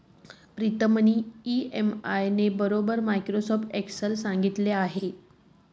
प्रीतमनी इ.एम.आय नी बराबरी माइक्रोसॉफ्ट एक्सेल संग करेल शे